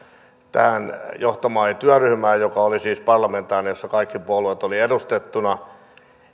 tähän johtamaani työryhmään joka oli siis parlamentaarinen jossa kaikki puolueet olivat edustettuna